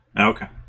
Okay